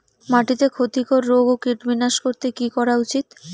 মাটিতে ক্ষতি কর রোগ ও কীট বিনাশ করতে কি করা উচিৎ?